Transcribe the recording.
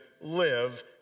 live